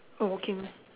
oh okay